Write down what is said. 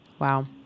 Wow